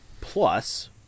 Plus